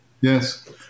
Yes